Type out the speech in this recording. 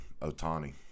Otani